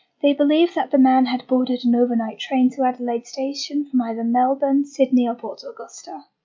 they believe that the man had boarded an overnight train to adelaide station from either melbourne, sydney, or port augusta.